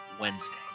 wednesday